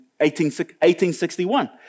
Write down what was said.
1861